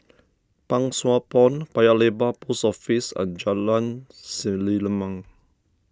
Pang Sua Pond Paya Lebar Post Office and Jalan Selimang